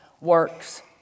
works